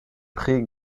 pris